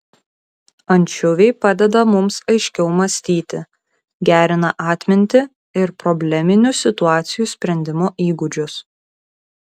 ančiuviai padeda mums aiškiau mąstyti gerina atmintį ir probleminių situacijų sprendimo įgūdžius